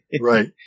Right